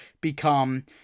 become